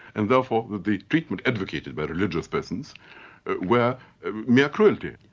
and therefore the treatment advocated by religious persons were near cruelty.